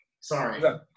Sorry